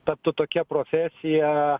taptų tokia profesija